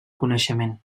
coneixement